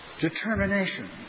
determination